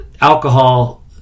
alcohol